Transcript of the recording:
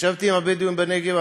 ישבתי עם הבדואים בנגב,